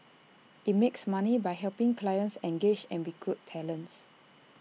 IT makes money by helping clients engage and recruit talents